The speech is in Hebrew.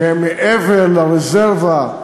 שהם מעבר לרזרבה,